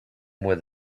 with